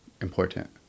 important